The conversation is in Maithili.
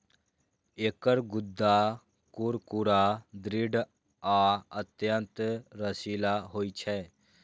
एकर गूद्दा कुरकुरा, दृढ़ आ अत्यंत रसीला होइ छै